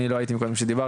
אני לא הייתי קודם כשדיברת,